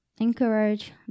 encourage